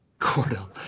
Cordell